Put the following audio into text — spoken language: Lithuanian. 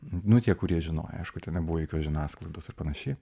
nu tie kurie žinojo aišku ten nebuvo jokios žiniasklaidos ir panašiai